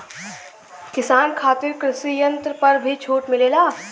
किसान खातिर कृषि यंत्र पर भी छूट मिलेला?